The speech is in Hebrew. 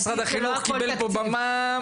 אני חושב שמשרד החינוך קיבל פה במה מעל ומעבר.